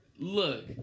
Look